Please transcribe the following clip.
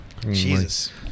Jesus